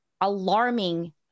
alarming